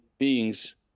beings